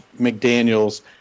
McDaniels